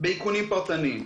באיכונים פרטניים.